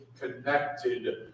connected